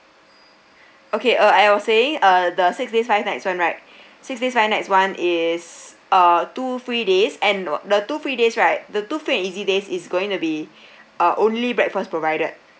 okay uh I was saying uh the six days five nights [one] right six days five nights [one] is uh two free days and wh~ the two free days right the two free and easy days is going to be uh only breakfast provided